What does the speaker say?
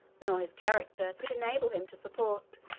nor his character, could enable him to support